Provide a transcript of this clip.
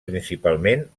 principalment